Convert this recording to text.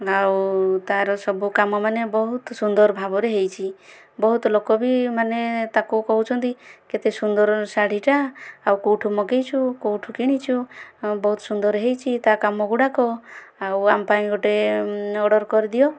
ଆଉ ତାର ସବୁ କାମମାନେ ବହୁତ ସୁନ୍ଦର ଭାବରେ ହେଇଛି ବହୁତ ଲୋକ ବି ମାନେ ତାକୁ କହୁଛନ୍ତି କେତେ ସୁନ୍ଦର ଶାଢ଼ୀଟା ଆଉ କୋଉଠୁ ମଗେଇଛୁ କୋଉଠୁ କିଣିଛୁ ବହୁତ ସୁନ୍ଦର ହେଇଛି ତା କାମ ଗୁଡ଼ାକ ଆଉ ଆମ ପାଇଁ ଗୋଟେ ଅର୍ଡ଼ର କରିଦିଅ